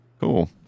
Cool